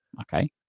okay